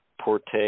Porte